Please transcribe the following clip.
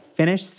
finish